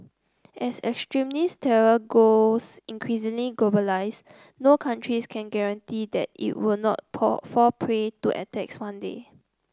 as extremist terror grows increasingly globalised no countries can guarantee that it will not poll fall prey to attacks one day